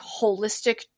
holistic